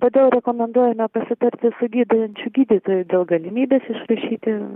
todėl rekomenduojame pasitarti su gydančiu gydytoju dėl galimybės išrašyti